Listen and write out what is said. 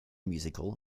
musical